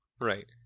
Right